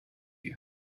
you